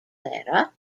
clara